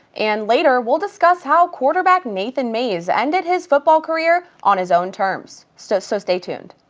and later, we'll discuss how quarterback nathan mays ended his football career on his own terms. so so stay tuned.